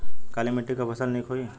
काली मिट्टी क फसल नीक होई?